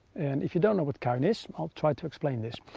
and if you don't know what cuin is, i'll try to explain this.